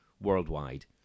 worldwide